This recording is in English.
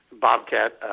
Bobcat